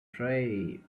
pray